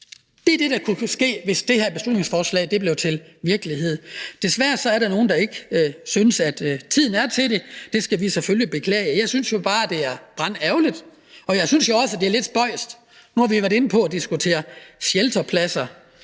Det er det, der kunne ske, hvis det her beslutningsforslag blev til virkelighed. Desværre er der nogle, der ikke synes, at tiden er til det. Det skal vi selvfølgelig beklage. Jeg synes bare, at det er brandærgerligt, og jeg synes også, det er lidt spøjst – nu har vi diskuteret shelterpladser,